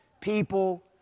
people